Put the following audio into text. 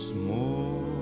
more